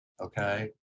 okay